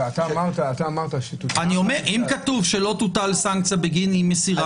אם כתוב שלא תוטל סנקציה בגין אי-מסירה,